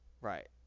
Right